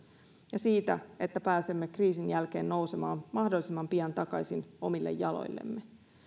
ja siitä että pääsemme kriisin jälkeen nousemaan mahdollisimman pian takaisin omille jaloillemme